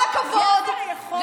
גבר יכול בפעם הראשונה?